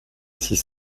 six